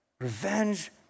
revenge